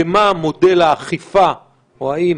ומה מודל האכיפה או האם